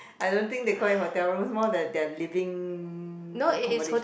I don't think they call it hotel rooms more that they're living accommodation